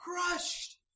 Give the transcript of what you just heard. crushed